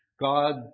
God